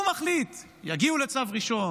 הוא מחליט, יגיעו לצו ראשון,